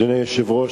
אדוני היושב-ראש,